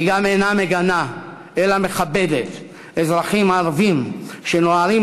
היא גם אינה מגנה אלא מכבדת אזרחים ערבים שנוהרים